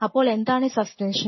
അപ്പോൾ എന്താണ് ഈ സസ്പെൻഷൻ